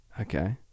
Okay